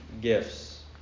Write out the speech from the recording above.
gifts